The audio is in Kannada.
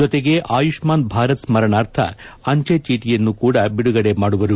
ಜೊತೆಗೆ ಆಯುಷ್ಮಾನ್ ಭಾರತ್ ಸ್ಮರಣಾರ್ಥ ಅಂಚೆ ಚೇಟೆಯನ್ನು ಕೂಡಾ ಬಿದುಗಡೆ ಮಾಡಲಿದ್ದಾರೆ